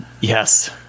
Yes